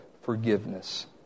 forgiveness